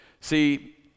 See